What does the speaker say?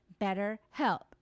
BetterHelp